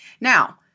Now